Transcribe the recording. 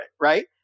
Right